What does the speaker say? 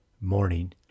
morning